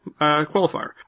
qualifier